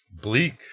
bleak